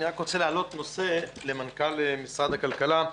אני רוצה להעלות נושא למנכ"ל משרד הכלכלה.